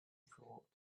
thought